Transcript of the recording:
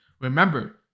remember